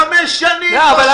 חמש שנים, לא שנה.